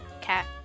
cat